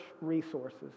resources